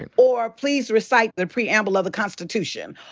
and or, please recite the preamble of the constitution.